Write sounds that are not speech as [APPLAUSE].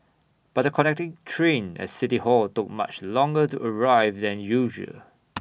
but the connecting train at city hall took much longer to arrive than usual [NOISE]